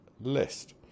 list